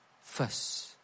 first